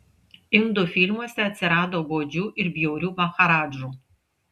indų filmuose atsirado godžių ir bjaurių maharadžų